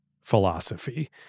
philosophy